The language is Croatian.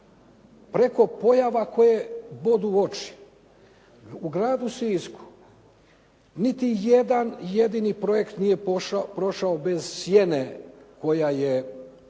preko pojava koje bodu u oči. U Gradu Sisku niti jedan jedini projekt nije prošao bez sjene koja je